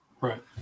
Right